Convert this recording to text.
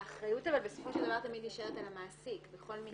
האחריות הרי בסופו של דבר תמיד נשארת על המעסיק בכל מקרה.